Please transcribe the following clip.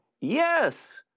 Yes